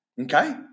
okay